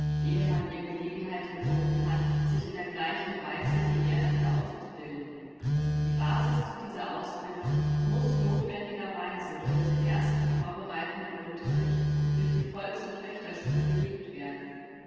man ihr gelegenheit geboten hat sich in der gleichen weise wie er dafür auszubilden die basis zu dieser ausbildung muß nothwendigerweise durch den ersten vorbereitenden unterricht durch die volks und töchterschule gelegt werden